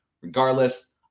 Regardless